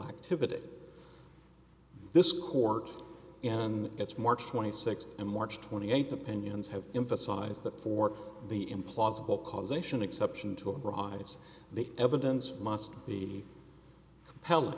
activity this court in its march twenty sixth and march twenty eighth opinions have emphasized that for the implausible causation exception to iran it's the evidence must be held